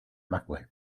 maxwell